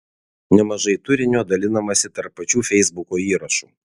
nemažai turinio dalinamasi tarp pačių feisbuko įrašų